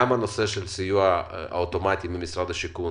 גם על הסיוע האוטומטי ממשרד השיכון